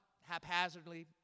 haphazardly